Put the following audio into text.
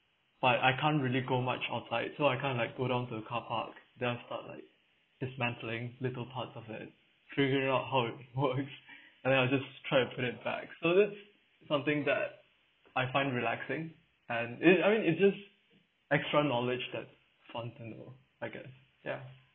but I can't really go much outside so I kind of like go down to the car park then I start like dismantling little parts of it figuring out how it works and then I'll just try and put it back so that's something that I find relaxing and it I mean it's just extra knowledge that fun to know I guess ya